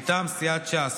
מטעם סיעת ש"ס,